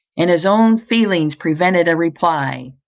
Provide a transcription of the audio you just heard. and his own feelings prevented a reply.